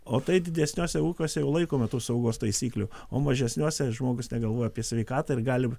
o tai didesniuose ūkiuose jau laikoma tos saugos taisyklių o mažesniuose žmogus negalvoja apie sveikatą ir gali